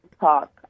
talk